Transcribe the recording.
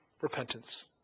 repentance